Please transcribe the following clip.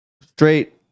straight